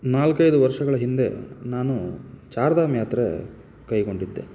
ನಾಲ್ಕೈದು ವರ್ಷಗಳ ಹಿಂದೆ ನಾನು ಚಾರ್ ಧಾಮ್ ಯಾತ್ರೆ ಕೈಗೊಂಡಿದ್ದೆ